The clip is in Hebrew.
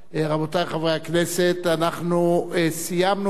סיימנו את הדברים,